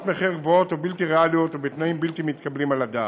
מחיר גבוהות ובלתי ריאליות ובתנאים בלתי מתקבלים על הדעת.